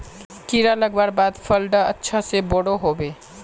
कीड़ा लगवार बाद फल डा अच्छा से बोठो होबे?